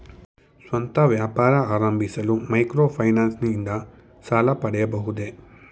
ಸ್ವಂತ ವ್ಯಾಪಾರ ಆರಂಭಿಸಲು ಮೈಕ್ರೋ ಫೈನಾನ್ಸ್ ಇಂದ ಸಾಲ ಪಡೆಯಬಹುದೇ?